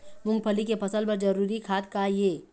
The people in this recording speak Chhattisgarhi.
मूंगफली के फसल बर जरूरी खाद का ये?